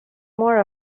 more